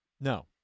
No